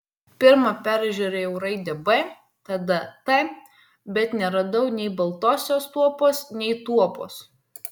pirma peržiūrėjau raidę b tada t bet neradau nei baltosios tuopos nei tuopos